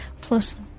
Plus